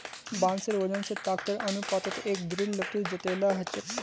बांसेर वजन स ताकतेर अनुपातत एक दृढ़ लकड़ी जतेला ह छेक